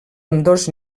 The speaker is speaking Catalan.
ambdós